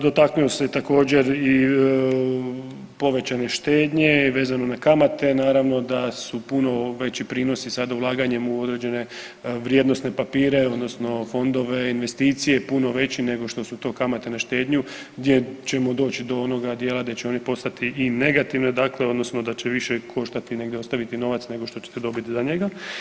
Dotaknuo se također i povećane štednje vezano na kamate, naravno da su puno veći prinosi sada ulaganjem u određene vrijednosne papire odnosno fondove, investicije puno veći nego što su to kamate na štednju gdje ćemo doći do onoga dijela gdje će one postati i negativne, dakle odnosno da će više koštati negdje ostaviti novac nego što ćete dobiti za njega.